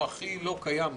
הוא הכי לא קיים כאן,